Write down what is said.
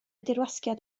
dirwasgiad